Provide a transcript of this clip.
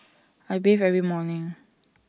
I bathe every morning